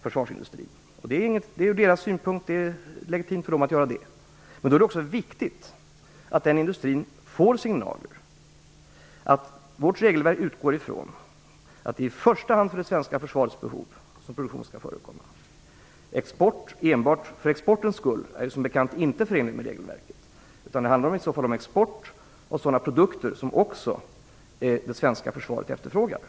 Från deras synpunkt är det legitimt att göra det, men då är det också viktigt att industrin får signalen att vårt regelverk utgår från att det är i första hand för det svenska försvarets behov som produktionen skall förekomma. Export enbart för exportens skull är inte, som bekant, förenligt med regelverket, utan det skall i så fall handla om export av sådana produkter som också det svenska försvaret efterfrågar.